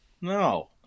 No